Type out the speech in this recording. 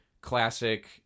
classic